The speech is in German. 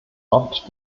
oft